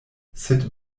sed